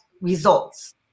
results